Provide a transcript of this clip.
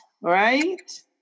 right